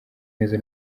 neza